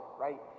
right